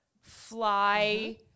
Fly